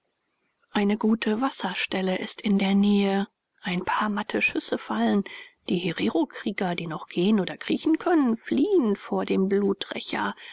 eine gute wasserstelle ist in der nähe ein paar matte schüsse fallen die hererokrieger die noch gehen oder kriechen können fliehen vor dem